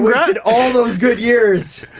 wasted all those good years.